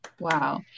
Wow